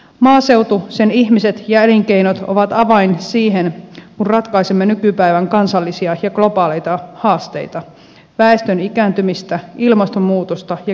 maaseutu sen ihmiset ja elinkeinot ovat avain siihen kun ratkaisemme nykypäivän kansallisia ja globaaleita haasteita väestön ikääntymistä ilmastonmuutosta ja kestävää talouskasvua